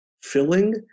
filling